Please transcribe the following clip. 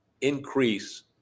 increase